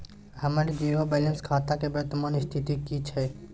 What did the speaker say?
हमर zero balance खाता के वर्तमान स्थिति की छै?